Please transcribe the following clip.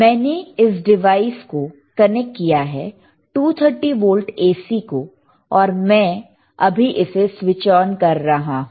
मैंने इस डिवाइस को कनेक्ट किया है 230 वोल्ट AC को और मैं अभी इसे स्विच ऑन कर रहा हूं